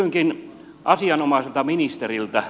kysynkin asianomaiselta ministeriltä